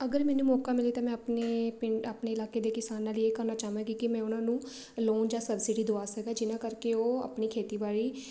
ਅਗਰ ਮੈਨੂੰ ਮੌਕਾ ਮਿਲੇ ਤਾਂ ਮੈਂ ਆਪਣੇ ਪਿੰਡ ਆਪਣੇ ਇਲਾਕੇ ਦੇ ਕਿਸਾਨਾਂ ਲਈ ਇਹ ਕਰਨਾ ਚਾਹਵਾਂਗੀ ਕਿ ਮੈਂ ਉਹਨਾਂ ਨੂੰ ਲੋਨ ਜਾਂ ਸਬਸਿਡੀ ਦਿਵਾ ਸਕਾਂ ਜਿਨ੍ਹਾਂ ਕਰਕੇ ਉਹ ਆਪਣੀ ਖੇਤੀਬਾੜੀ